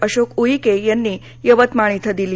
अशोक उईके यांनी यवतमाळ इथं दिली